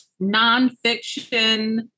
nonfiction